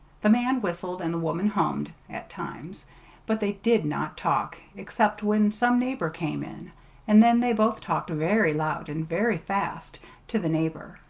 the man whistled, and the woman hummed at times but they did not talk, except when some neighbor came in and then they both talked very loud and very fast to the neighbor.